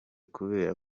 kubera